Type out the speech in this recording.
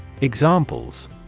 Examples